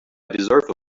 deserve